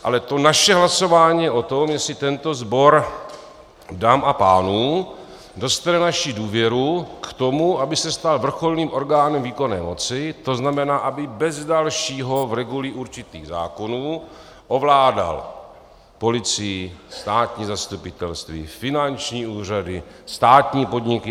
Ale to naše hlasování je o tom, jestli tento sbor dam a pánů dostane naši důvěru k tomu, aby se stal vrcholným orgánem výkonné moci, to znamená, aby bez dalšího v reguli určitých zákonů ovládal policii, státní zastupitelství, finanční úřady, státní podniky atd.